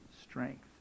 strength